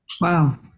Wow